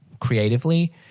Creatively